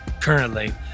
currently